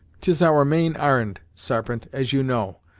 tis our main ar'n'd, sarpent, as you know,